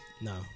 No